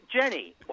Jenny